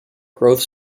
growth